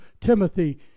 Timothy